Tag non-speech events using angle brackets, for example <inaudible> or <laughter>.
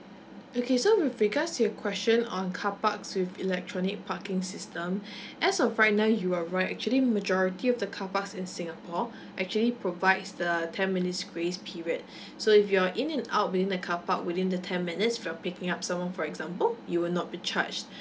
okay so with regards to your question on car parks with electronic parking system <breath> as of right now you are right actually majority of the car parks in singapore actually provides the ten minutes grace period <breath> so if you're in and out within the car park within the ten minutes from picking up someone for example you will not be charged